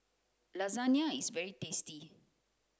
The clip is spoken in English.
lasagna is very tasty